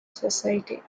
society